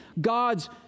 God's